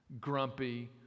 grumpy